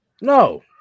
No